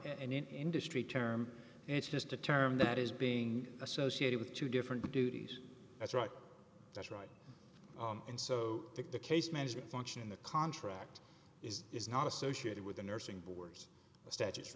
industry term it's just a term that is being associated with two different duties that's right that's right and so the case management function in the contract is is not associated with the nursing boars the sta